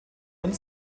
und